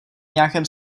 nějakém